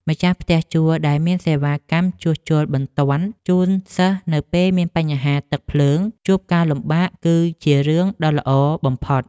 ម្ចាស់ផ្ទះជួលដែលមានសេវាកម្មជួសជុលបន្ទាន់ជូនសិស្សនៅពេលមានបញ្ហាទឹកភ្លើងជួបការលំបាកគឺជារឿងដ៏ល្អបំផុត។